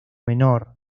menor